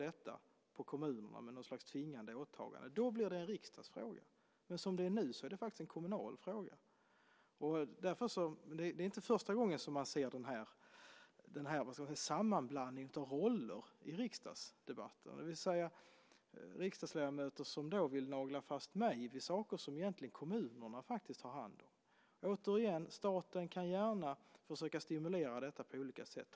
Jag for efter detta tidigare i min fråga till Marita Aronson. Men som det är nu är det faktiskt en kommunal fråga. Det är inte första gången som man ser denna sammanblandning av roller i riksdagsdebatter, det vill säga riksdagsledamöter som vill nagla fast mig vid saker som kommunerna egentligen har hand om. Återigen: Staten kan gärna försöka stimulera detta på olika sätt.